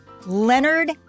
Leonard